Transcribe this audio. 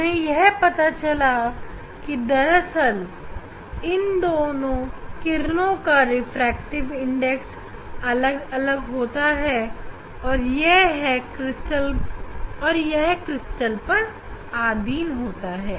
उन्हें यह पता लगा कि दरअसल इन दोनों रे का रिफ्रैक्टिव इंडेक्स अलग अलग होता है और यह क्रिस्टल पर अधीन होता है